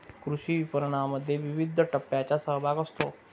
कृषी विपणनामध्ये विविध टप्प्यांचा सहभाग असतो